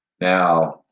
Now